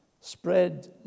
spread